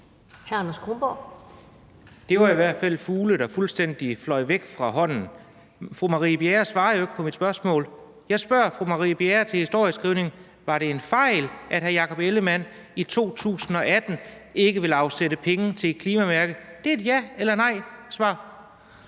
Det var i hvert fald fugle, der fløj fuldstændig væk fra hånden. Fru Marie Bjerre svarer jo ikke på mit spørgsmål. Jeg spørger fru Marie Bjerre til historieskrivningen: Var det en fejl, at hr. Jakob Ellemann-Jensen i 2018 ikke ville afsætte penge til et klimamærke? Det er et ja eller nej-svar.